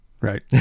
Right